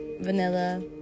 vanilla